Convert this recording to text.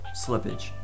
slippage